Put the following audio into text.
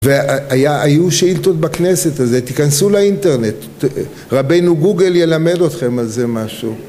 והיו שאילתות בכנסת אז תיכנסו לאינטרנט, רבנו גוגל ילמד אתכם על זה משהו